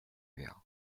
列表